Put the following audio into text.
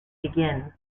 begin